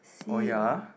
oh yeah